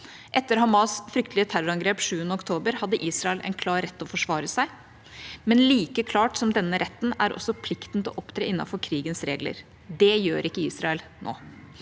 Etter Hamas’ fryktelige terrorangrep 7. oktober hadde Israel en klar rett til å forsvare seg, men like klar som denne retten er også plikten til å opptre innenfor krigens regler. Det gjør ikke Israel nå.